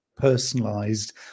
personalized